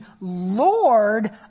Lord